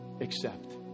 accept